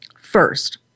First